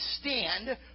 stand